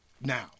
Now